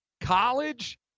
college